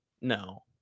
no